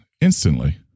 instantly